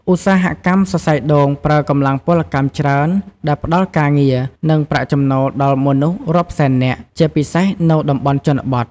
ឧស្សាហកម្មសរសៃដូង ប្រើកម្លាំងពលកម្មច្រើន ដែលផ្តល់ការងារ និងប្រាក់ចំណូលដល់មនុស្សរាប់សែននាក់ ជាពិសេសនៅតំបន់ជនបទ។